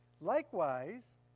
Likewise